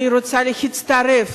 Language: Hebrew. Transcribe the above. אני רוצה להצטרף